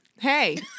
Hey